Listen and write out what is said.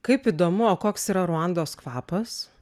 kaip įdomu o koks yra ruandos kvapas